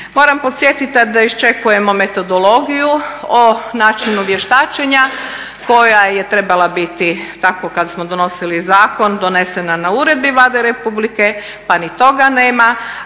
Moram podsjetiti da iščekujemo metodologiju o načinu vještačenja koja je trebala biti tako kada smo donosili zakon donesena na uredbi Vlade Republike pa ni toga nema